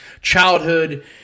childhood –